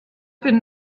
den